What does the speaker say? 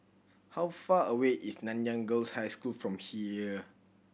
how far away is Nanyang Girls' High School from here